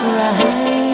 right